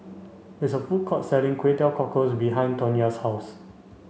there is a food court selling Kway Teow Cockles behind Tonya's house